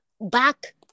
back